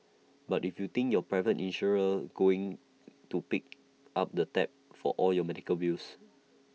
but if you think your private insurer's going to pick up the tab for all your medical bills